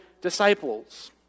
disciples